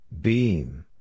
Beam